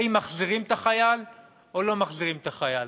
מחזירים את החייל או לא מחזירים את החייל.